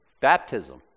baptism